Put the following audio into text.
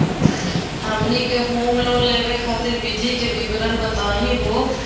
हमनी के home loan लेवे खातीर विधि के विवरण बताही हो?